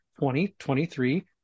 2023